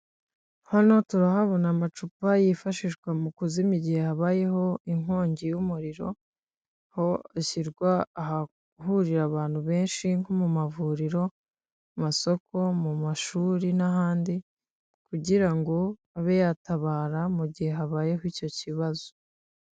Hano turahabona amacupa yifashishwa mu kuzima igihe habayeho inkongi y'umuriro, aho ashyirwa ahahurira abantu benshi; nko mu mavuriro, mu masoko, mu mashuri, n'ahandi, kugira ngo abe yatabara mu gihe habayeho icyo kibazo.